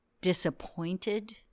disappointed